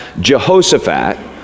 Jehoshaphat